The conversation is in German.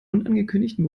unangekündigten